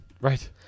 Right